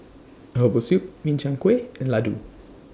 Herbal Soup Min Chiang Kueh and Laddu